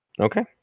okay